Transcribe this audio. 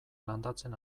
landatzen